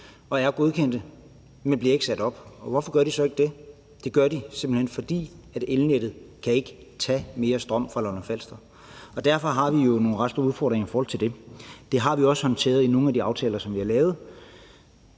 blevet godkendt, men de bliver ikke sat op. Hvorfor gør de så ikke det? Det er simpelt hen, fordi elnettet ikke kan håndtere mere strøm fra Lolland-Falster. Derfor har vi jo nogle ret store udfordringer i forhold til det. Det har vi også håndteret i nogle af de aftaler, som vi har lavet.